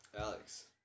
Alex